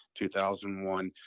2001